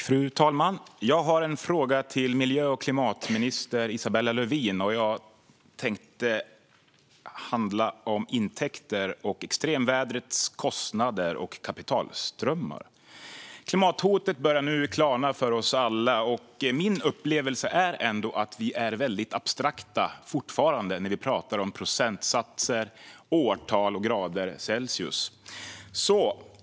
Fru talman! Jag har en fråga till miljö och klimatminister Isabella Lövin som handlar om intäkter, om extremvädrets kostnader och om kapitalströmmar. Klimathotet börjar nu klarna för oss alla. Min upplevelse är ändå att vi fortfarande är väldigt abstrakta när vi talar om procentsatser, årtal och grader Celsius.